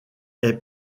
est